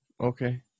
Okay